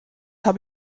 habe